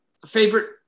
Favorite